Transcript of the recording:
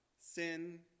sin